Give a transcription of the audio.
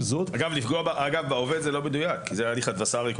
אגב, בעובד זה לא מדויק כי זה הליך אדברסרי.